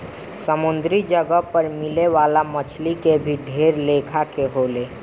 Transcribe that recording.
समुंद्री जगह पर मिले वाला मछली के भी ढेर लेखा के होले